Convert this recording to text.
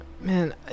Man